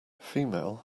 female